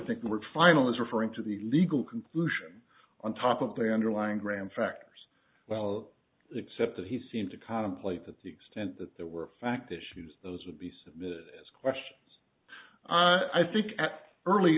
think the word final is referring to the legal conclusion on top of the underlying graham factors well except that he seemed to contemplate the extent that there were fact issues those would be submitted as questions i think at early